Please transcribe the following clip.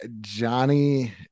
Johnny